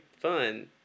fun